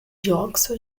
dióxido